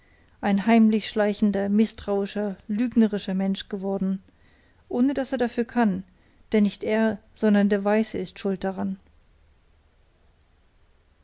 ein heimlich schleichender mißtrauischer lügnerischer mensch geworden ohne daß er dafür kann denn nicht er sondern der weiße ist schuld daran